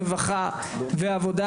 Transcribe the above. רווחה ועבודה